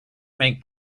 make